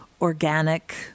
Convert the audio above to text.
organic